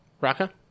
Raka